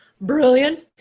brilliant